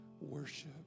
worship